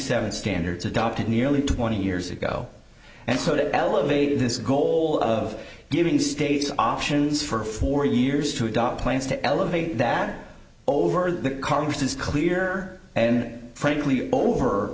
seven standards adopted nearly twenty years ago and so to elevate this goal of giving states options for four years to adopt plans to elevate that over the congress is clear and frankly over